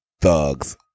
thugs